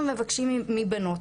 אנחנו מבקשים מהבנות,